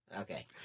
Okay